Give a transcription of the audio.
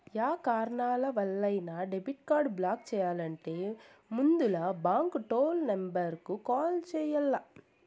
yeah కారణాలవల్లైనా debit card block చెయ్యాలంటే ముందల బాంకు టోల్ నెంబరుకు కాల్ చెయ్యాల్ల